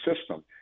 system